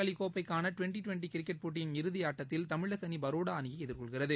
அலிகோப்பைக்கானடுவெண்டி டுவெண்டிகிரிக்கெட் முஸ்டாக் போட்டியின் இறுதிஆட்டத்தில் தமிழகஅணி பரோடாஅணியைஎதிர்கொள்கிறது